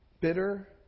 Bitter